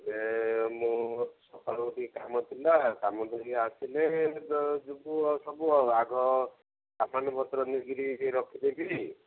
ଏ ମୋ ସକାଳୁ ଟିକେ କାମ ଥିଲା କାମ ସାରିକି ଆସିଲେ ତ ଯିବୁ ସବୁ ଆ ଆଗ ସାମାନ ପତ୍ର ନେଇକିରି ରଖିଦେଇକିରି